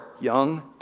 young